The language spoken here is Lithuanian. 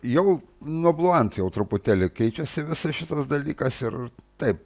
jau nuo bluant jau truputėlį keičiasi visas šitas dalykas ir taip